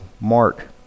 Mark